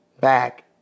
back